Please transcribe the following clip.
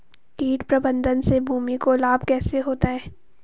कीट प्रबंधन से भूमि को लाभ कैसे होता है?